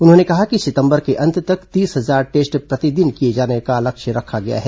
उन्होंने कहा कि सितंबर के अंत तक तीस हजार टेस्ट प्रतिदिन किए जाने का लक्ष्य रखा गया है